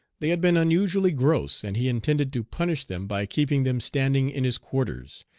they had been unusually gross, and he intended to punish them by keeping them standing in his quarters.